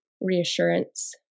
reassurance